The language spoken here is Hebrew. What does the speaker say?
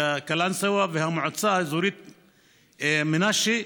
קלנסווה והמועצה האזורית מנשה,